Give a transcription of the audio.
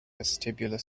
vestibular